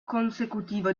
consecutivo